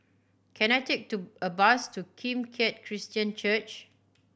can I take to a bus to Kim Keat Christian Church